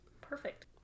Perfect